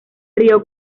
río